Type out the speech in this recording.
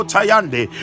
Tayande